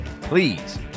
please